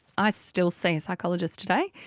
i still see a psychologist today,